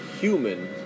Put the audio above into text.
human